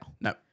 No